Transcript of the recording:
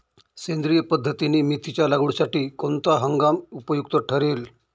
सेंद्रिय पद्धतीने मेथीच्या लागवडीसाठी कोणता हंगाम उपयुक्त ठरेल?